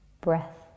breath